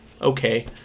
Okay